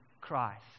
Christ